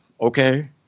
okay